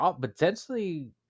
potentially